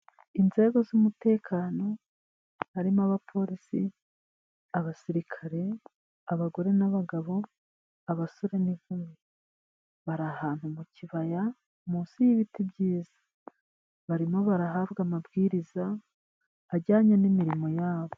Inzego z'umutekano harimo abapolisi, abasirikare, abagore n'abagabo, abasore n'inkumi, bari ahantu mu kibaya munsi y'ibiti byiza. Barimo barahabwa amabwiriza ajyanye n'imirimo yabo.